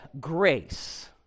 grace